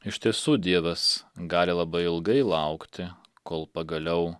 iš tiesų dievas gali labai ilgai laukti kol pagaliau